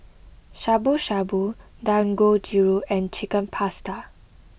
Shabu Shabu Dangojiru and Chicken Pasta